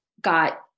got